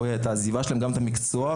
גם את המקצוע.